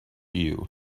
you